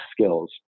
skills